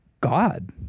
God